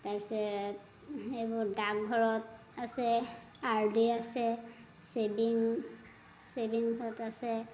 তাৰ পিছত এইবোৰ ডাকঘৰত আছে আৰ ডি আছে ছেভিং ছেভিংচত আছে